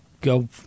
go